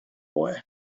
boy